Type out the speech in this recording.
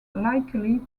likely